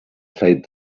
played